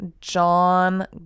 John